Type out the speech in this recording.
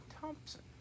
Thompson